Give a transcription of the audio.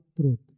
truth